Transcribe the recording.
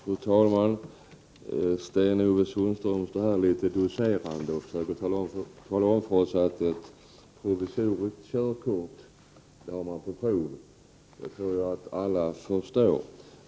Fru talman! Sten-Ove Sundström huserar och säger att ett provisoriskt körkort har man på prov. Det tror jag att alla förstår.